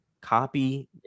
copy